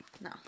no